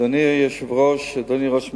אדוני היושב-ראש, אדוני ראש הממשלה,